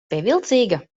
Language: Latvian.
pievilcīga